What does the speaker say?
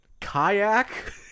Kayak